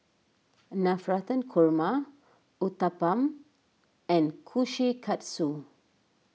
Navratan Korma Uthapam and Kushikatsu